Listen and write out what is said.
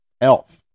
Elf